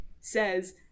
says